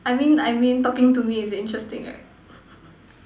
I mean I mean talking to me is interesting right